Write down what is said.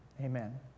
Amen